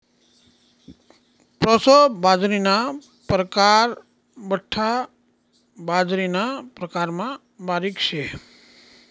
proso बाजरीना परकार बठ्ठा बाजरीना प्रकारमा बारीक शे